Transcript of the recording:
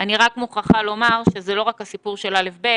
אני רק מוכרחה לומר שזה לא רק הסיפור של א' ב',